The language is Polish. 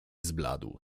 zbladł